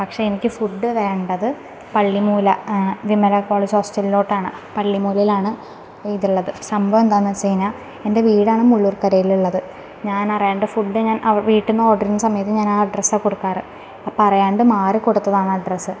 പക്ഷെ എനിക്ക് ഫുഡ് വേണ്ടത് പള്ളിമൂല വിമല കോളേജ് ഹോസ്റ്റലിലോട്ടാണ് പള്ളിമൂലയിലാണ് ഇതുള്ളത് സംഭവം എന്താ ണെന്ന് വച്ച് കഴിഞ്ഞാൽ എന്റെ വീടാണ് മുള്ളിയൂര്ക്കരയിൽ ഉള്ളത് ഞാൻ അറിയാതെ ഫുഡ് ഞാന് വീട്ടിൽ നിന്ന് ഓർഡർ ചെയ്യുന്ന സമയത്ത് ഞാൻ ആ അഡ്രസ് ആണ് കൊടുക്കാറ് അപ്പം അറിയാതെ മാറി കൊടുത്തതാണ് അഡ്രസ്സ്